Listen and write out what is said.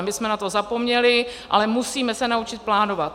My jsme na to zapomněli, ale musíme se naučit plánovat.